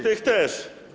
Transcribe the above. Tych też.